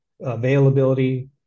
availability